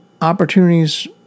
opportunities